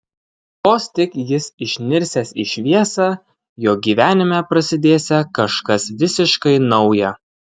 vos tik jis išnirsiąs į šviesą jo gyvenime prasidėsią kažkas visiškai nauja